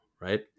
right